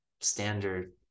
standard